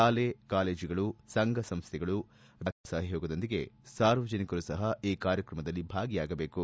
ಶಾಲೆ ಕಾಲೇಜುಗಳು ಸಂಘ ಸಂಸ್ಥೆಗಳು ವಿವಿಧ ಇಲಾಖೆಗಳ ಸಹಯೋಗದೊಂದಿಗೆ ಸಾರ್ವಜನಿಕರು ಸಪ ಈ ಕಾರ್ಯಕ್ರಮದಲ್ಲಿ ಭಾಗಿಯಾಗಬೇಕು